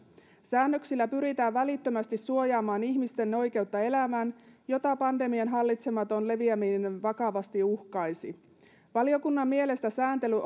säännöksillä pyritään välittömästi suojaamaan ihmisten oikeutta elämään jota pandemian hallitsematon leviäminen vakavasti uhkaisi valiokunnan mielestä sääntely